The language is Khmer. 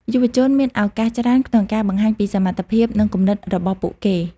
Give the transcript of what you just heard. យុវជនមានឱកាសច្រើនក្នុងការបង្ហាញពីសមត្ថភាពនិងគំនិតរបស់ពួកគេ។